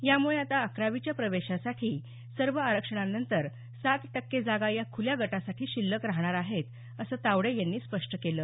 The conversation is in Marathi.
यामुळे आता अकरावीच्या प्रवेशासाठी सर्व आरक्षणांनंतर सात टक्के जागा या खुल्या गटासाठी शिल्लक राहणार आहेत असं तावडे यांनी स्पष्ट केलं